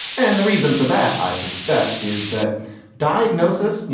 and the reason for that, i suspect, is that diagnosis. you